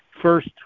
first